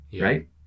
Right